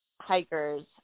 hikers